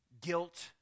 guilt